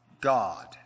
God